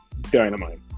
Dynamite